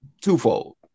twofold